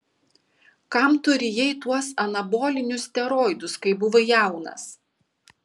kam tu rijai tuos anabolinius steroidus kai buvai jaunas